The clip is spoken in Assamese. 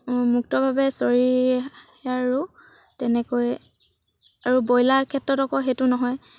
মুক্তভাৱে চৰি আৰু তেনেকৈ আৰু ব্ৰইলাৰ ক্ষেত্ৰত আকৌ সেইটো নহয়